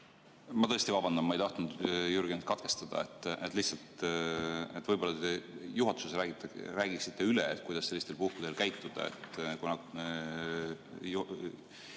Ma tõesti vabandan, ma ei tahtnud Jürgenit katkestada. Lihtsalt te võib-olla juhatuses räägiksite üle, kuidas sellistel puhkudel käituda. Eelmine